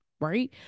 right